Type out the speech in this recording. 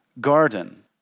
garden